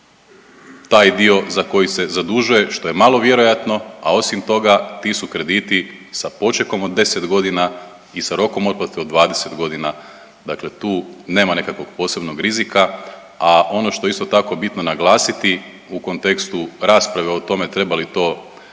taj dio za koji se zadužuje što je malo vjerojatno, a osim toga ti su krediti sa počekom od deset godina i sa rokom otplate od 20 godina. Dakle, tu nema nekakvog posebnog rizika. A ono što je isto tako bitno naglasiti u kontekstu rasprave o tome treba li to donositi